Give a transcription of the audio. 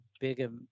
big